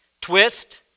twist